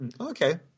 Okay